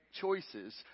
choices